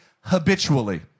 habitually